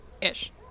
Ish